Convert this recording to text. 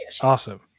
Awesome